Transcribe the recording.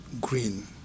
green